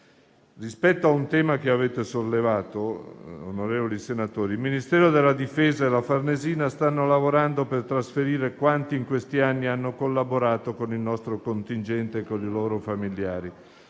Rispetto a un tema che avete sollevato, onorevoli senatori, il Ministero della difesa e la Farnesina stanno lavorando per trasferire quanti in questi anni hanno collaborato con il nostro contingente e con i loro familiari.